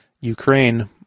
Ukraine